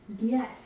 Yes